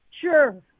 Sure